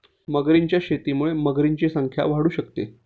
मगरींच्या शेतीमुळे मगरींची संख्या वाढू शकते